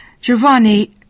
Giovanni